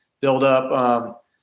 buildup